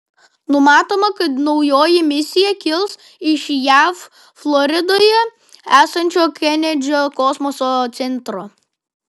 numatoma kad naujoji misija kils iš jav floridoje esančio kenedžio kosmoso centro